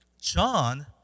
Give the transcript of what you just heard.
John